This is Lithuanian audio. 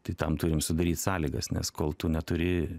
tai tam turim sudaryt sąlygas nes kol tu neturi